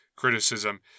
criticism